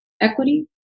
Equity